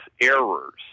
errors